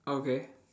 okay